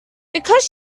because